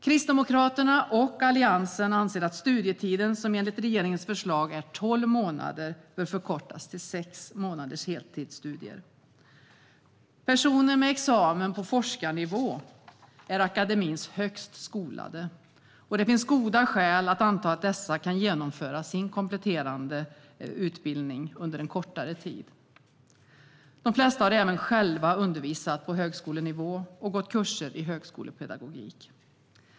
Kristdemokraterna och Alliansen anser att studietiden, som enligt regeringens förslag är tolv månader, bör förkortas till sex månaders heltidsstudier. Personer med examen på forskarnivå är akademins högst skolade, och det finns goda skäl att anta att dessa kan genomföra sin kompletterande utbildning under en kortare tid. De flesta har även själva undervisat på högskolenivå och gått kurser i högskolepedagogik.